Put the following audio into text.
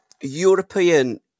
European